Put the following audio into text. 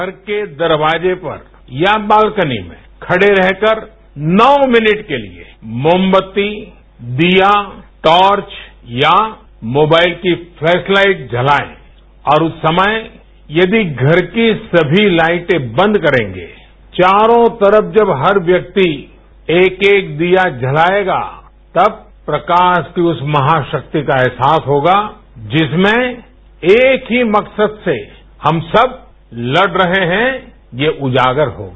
घर के दरवाजे पर या बालकनी में खड़े रहकर नौ मिनट के लिए मोमबत्ती दीया ट्रॉर्च या मोबाइल की फ्लैश ताइट जलाएं और उस समय यदि घर की सभी ताइटे बंद करेंगे चारों तरफ जब हर व्यक्ति एक एक दीया जलाएगा तब प्रकास की उस महासाक्ति का अहसास होगा जिसमें एक ही मकसद से हम सब लड़ रहे हैं ये उजागर होगा